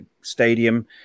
stadium